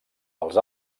els